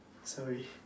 sorry